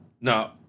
No